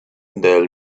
del